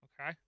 Okay